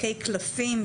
משחקי קלפים,